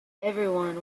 everyone